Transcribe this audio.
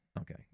Okay